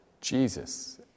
Jesus